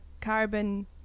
carbon